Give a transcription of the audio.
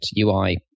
UI